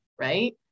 right